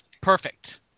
Perfect